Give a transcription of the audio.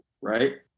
Right